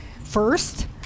first